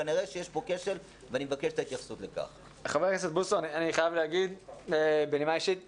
כנראה שיש פה כשל, ואני מבקש את ההתייחסות לכך.